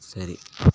சரி